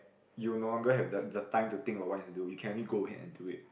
you will no longer have the the time to think about what you want to do you can only go ahead and do it